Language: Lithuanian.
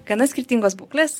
gana skirtingos būklės